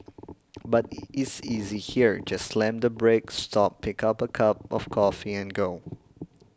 but is easy here just slam the brake stop pick a cup of coffee and go